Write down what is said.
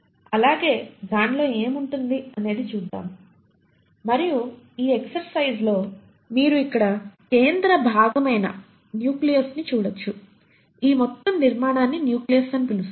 అలాగే దానిలో ఏమి ఉంటుంది అనేది చూద్దాం మరియు ఈ ఎక్సెర్సయిజ్లో మీరు ఇక్కడ కేంద్ర భాగమైన న్యూక్లియోలస్ ని చూడవచ్చు ఈ మొత్తం నిర్మాణాన్ని న్యూక్లియస్ అని పిలుస్తారు